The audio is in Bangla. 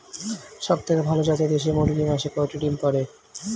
সবথেকে ভালো জাতের দেশি মুরগি মাসে কয়টি ডিম পাড়ে?